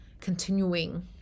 continuing